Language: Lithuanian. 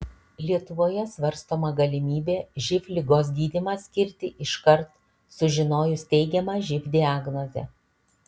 lietuvoje svarstoma galimybė živ ligos gydymą skirti iškart sužinojus teigiamą živ diagnozę